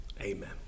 Amen